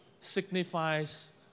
signifies